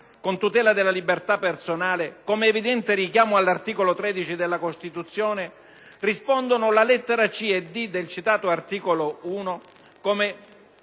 con tutela della libertà personale, con evidente richiamo all'articolo 13 della Costituzione, rispondono la lettera *c)* e *d)* del citato articolo l, comma